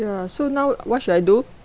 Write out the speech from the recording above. ya so now what should I do